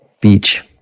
Beach